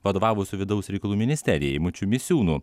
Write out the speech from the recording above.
vadovavusių vidaus reikalų ministerijai eimučiu misiūnu